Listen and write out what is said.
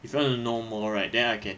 if you want to know more right then I can